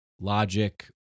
logic